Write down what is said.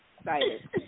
excited